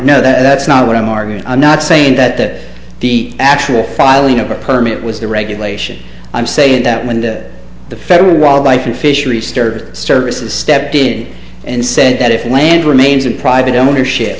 honor no that's not what i'm arguing i'm not saying that that the actual filing of a permit was the regulation i'm saying that when that the federal wildlife and fishery stirred services stepped in and said that if land remains in private ownership